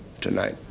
tonight